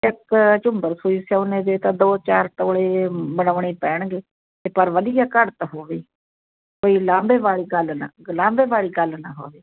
ਇੱਕ ਝੂਮਰ ਸੂਈ ਸੋਨੇ ਦੇ ਤਾਂ ਦੋ ਚਾਰ ਤੋਲੇ ਬਣਾਉਣੇ ਪੈਣਗੇ ਪਰ ਵਧੀਆ ਘੜਤ ਹੋਵੇ ਕੋਈ ਉਲਾਂਭੇ ਵਾਲੀ ਗੱਲ ਨਾ ਉਲਾਂਭੇ ਵਾਲੀ ਗੱਲ ਨਾ ਹੋਵੇ